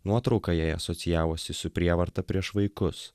nuotrauka jai asocijavosi su prievarta prieš vaikus